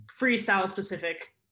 freestyle-specific